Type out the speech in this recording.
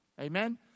Amen